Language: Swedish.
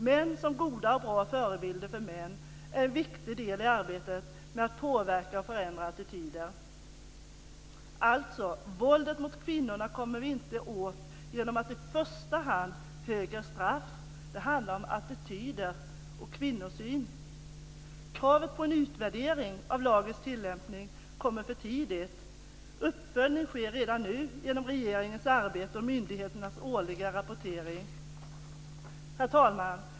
Män som goda och bra förebilder för män är en viktig del i arbetet med att påverka och förändra attityder. Våldet mot kvinnorna kommer vi inte åt genom att i första hand ge högre straff. Det handlar om attityder och kvinnosyn. Kravet på en utvärdering av lagens tillämpning kommer för tidigt. Uppföljning sker redan nu genom regeringens arbete och myndigheternas årliga rapportering. Herr talman!